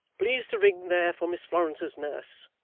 please to ring there for miss florence's nurse.